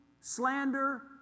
slander